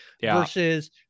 versus